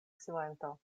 silento